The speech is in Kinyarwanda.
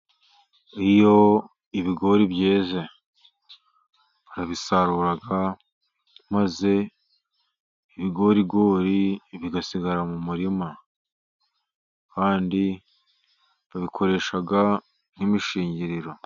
Iyo ibigori byeze barabisarura maze ibigorigori bigasigara mu murima, kandi babikoresha nk'imishingiriro.